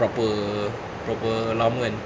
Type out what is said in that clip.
berapa berapa lama kan